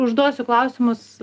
užduosiu klausimus